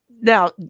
now